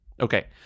Okay